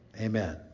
Amen